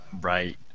right